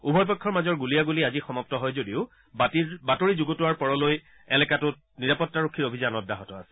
উভয় পক্ষৰ মাজৰ গুলীয়াণুলী আজি সমাপ্ত হয় যদিও বাতৰি যুগুতোৱাৰ পৰলৈ এলেকাটোত নিৰাপত্তাৰক্ষীৰ অভিযান অব্যাহত আছে